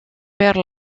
per